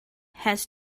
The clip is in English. has